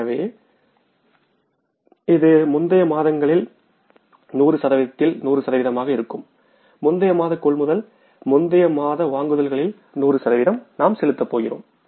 எனவே இது முந்தைய மாதங்களில் 100 சதவீதத்தில் 100 ஆக இருக்கும்முந்தைய மாத கொள்முதல் முந்தைய மாத வாங்குதல்களில் நூறு சதவீதம் நாம் செலுத்தப் போகிறோம்